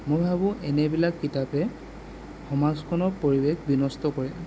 মই ভাবোঁ এনেবিলাক কিতাপে সমাজখনৰ পৰিবেশ বিনষ্ট কৰে